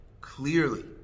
clearly